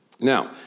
Now